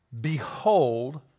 Behold